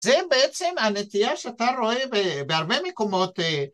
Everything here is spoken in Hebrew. זה בעצם הנטייה שאתה רואה ב... בהרבה מקומות א....